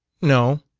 no.